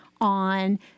on